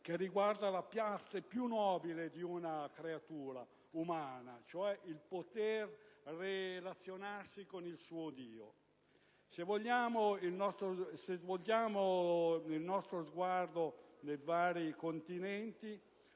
e riguarda la parte più nobile di una creatura umana, cioè il potersi relazionare con il suo Dio. Se volgiamo il nostro sguardo ai vari continenti